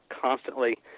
constantly